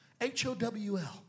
H-O-W-L